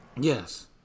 Yes